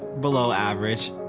below average.